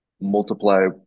multiply